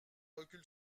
recul